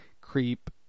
creep